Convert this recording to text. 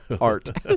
Art